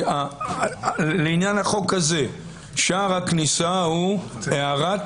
לעניין החוק הזה, שער הכניסה הוא הערת